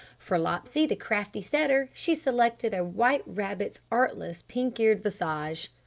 for lopsy, the crafty setter, she selected a white rabbit's artless, pink-eared visage.